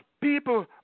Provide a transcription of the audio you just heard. people